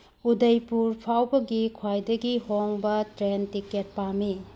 ꯎꯗꯩꯄꯨꯔ ꯐꯥꯎꯕꯒꯤ ꯈ꯭ꯋꯥꯏꯗꯒꯤ ꯍꯣꯡꯕ ꯇ꯭ꯔꯦꯟ ꯇꯤꯛꯀꯦꯠ ꯄꯥꯝꯃꯤ